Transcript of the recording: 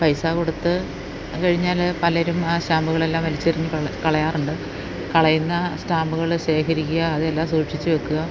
പൈസ കൊടുത്തു കഴിഞ്ഞാല് പലരും ആ സ്റ്റാമ്പുകളെല്ലാം വലിച്ചെറിഞ്ഞു കളയാറുണ്ട് കളയുന്ന സ്റ്റാമ്പുകള് ശേഖരിക്കുക അതെല്ലാം സൂക്ഷിച്ചുവയ്ക്കുക